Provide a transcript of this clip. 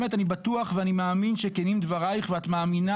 אני באמת בטוח ואני מאמין שכנים דברייך ואת מאמינה